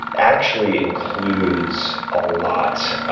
actually includes a lot.